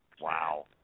Wow